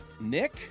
Nick